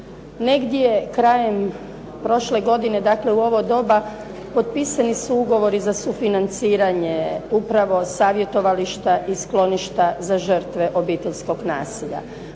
Negdje krajem prošle godine, dakle u ovo doba, potpisani su ugovori za sufinanciranje upravo savjetovališta i skloništa za žrtve obiteljskog nasilja.